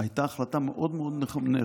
הייתה החלטה מאוד מאוד נכונה.